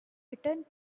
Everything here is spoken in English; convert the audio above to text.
returned